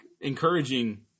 encouraging